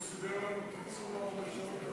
של חבר הכנסת משה גפני